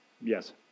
Yes